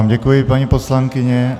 Děkuji vám, paní poslankyně.